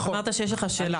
אמרת שיש לך שאלה.